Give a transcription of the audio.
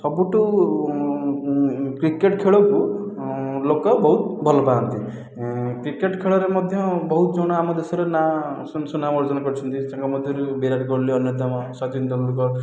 ସବୁଠୁ କ୍ରିକେଟ ଖେଳକୁ ଲୋକ ବହୁତ ଭଲ ପାଆନ୍ତି କ୍ରିକେଟ ଖେଳରେ ମଧ୍ୟ ବହୁତ ଜଣ ଆମ ଦେଶରେ ନାଁ ସୁନାମ ଅର୍ଜନ କରିଛନ୍ତି ତାଙ୍କ ମଧ୍ୟରୁ ବିରାଟ କୋହଲି ଅନ୍ୟତମ ସଚିନ ତେନ୍ଦୁଲକର